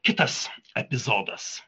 kitas epizodas